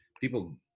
people